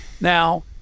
Now